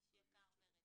איש יקר ורציני,